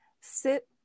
sit